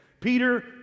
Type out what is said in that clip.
peter